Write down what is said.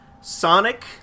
Sonic